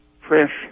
fresh